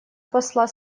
посла